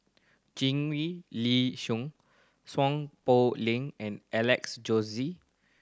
Li Song Seow Poh Leng and Alex Josey